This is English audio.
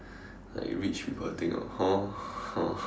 like rich people thing orh hor hor